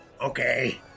Okay